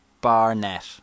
Barnett